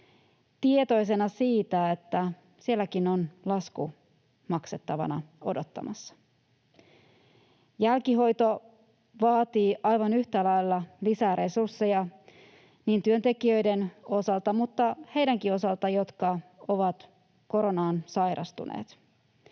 tietoisena siitä, että sielläkin on lasku maksettavana odottamassa. Jälkihoito vaatii aivan yhtä lailla lisää resursseja niin työntekijöiden osalta kuin heidänkin osaltaan, jotka ovat koronaan sairastuneet.